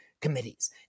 committees